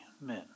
men